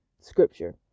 scripture